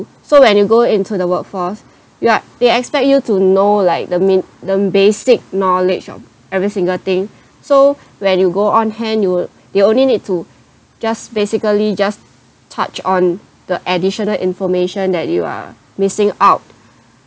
so when you go into the workforce you're they expect you to know like the main the basic knowledge of every single thing so when you go on hand you would they only need to just basically just touch on the additional information that you are missing out